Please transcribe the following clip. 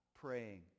praying